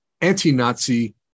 anti-Nazi